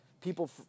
people